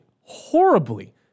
horribly